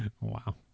Wow